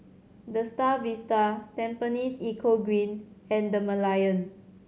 The Star Vista Tampines Eco Green and The Merlion